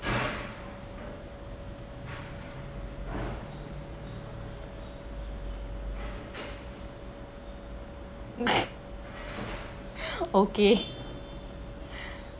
okay